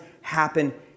happen